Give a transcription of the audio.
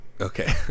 Okay